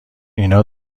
اینا